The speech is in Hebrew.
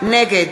נגד